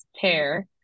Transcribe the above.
pair